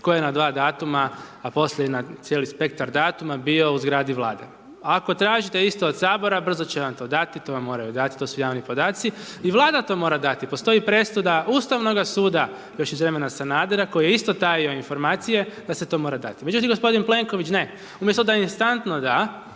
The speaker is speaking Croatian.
tko je na dva datuma, a poslije i na cijeli spektar datuma, bio u zgradi Vlade. Ako tražite isto od Sabora, brzo će vam to dati, to vam moraju dati, to su javni podaci. I Vlada to mora dati, postoji presuda Ustavnoga suda još iz vremena Sanadera koji je isto tajio informacije da se to mora dati. Međutim, gospodin Plenković ne, umjesto da instantno da,